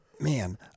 Man